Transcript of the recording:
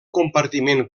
compartiment